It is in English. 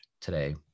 today